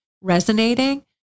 resonating